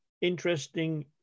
interesting